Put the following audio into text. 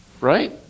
Right